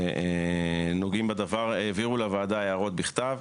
שנוגעים בדבר העבירו לוועדה הערות בכתב.